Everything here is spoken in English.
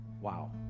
wow